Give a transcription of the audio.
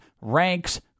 ranks